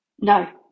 No